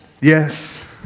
Yes